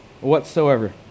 whatsoever